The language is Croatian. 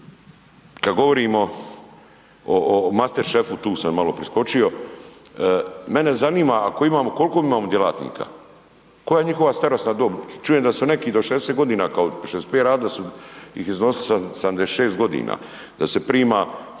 Kad govorimo o mastechefu, tu sam malo priskočio, mene zanima ako imamo, koliko imamo djelatnika, koja je njihova starosna dob, čujem da su neki do 60 godina, kao 65 radili, da su ih iznosili sa 76 godina, da se prima